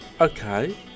Okay